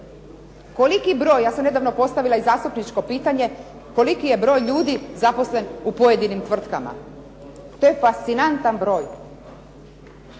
Koliki broj, ja sam nedavno postavila i zastupničko pitanje, koliki je broj ljudi zaposlen u pojedinim tvrtkama? To je fascinantan broj,